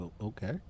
Okay